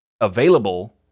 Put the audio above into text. available